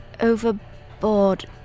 ...overboard